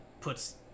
puts